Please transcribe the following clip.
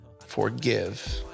forgive